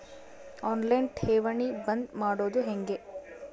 On line ಠೇವಣಿ ಬಂದ್ ಮಾಡೋದು ಹೆಂಗೆ?